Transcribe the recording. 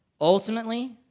ultimately